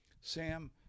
Sam